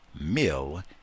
mill